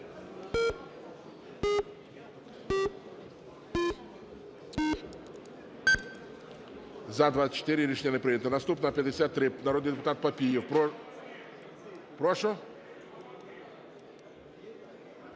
За-24 Рішення не прийнято. Наступна - 53, народний депутат Папієв. Прошу?